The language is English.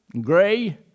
gray